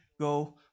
go